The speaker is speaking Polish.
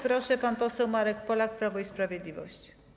Proszę, pan poseł Marek Polak, Prawo i Sprawiedliwość.